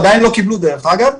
דרך אגב,